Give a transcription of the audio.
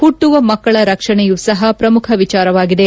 ಪುಟ್ಟುವ ಮಕ್ಕಳ ರಕ್ಷಣೆಯು ಸಹ ಪ್ರಮುಖ ವಿಚಾರವಾಗಿದೆ